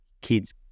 kids